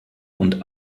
und